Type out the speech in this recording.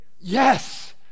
yes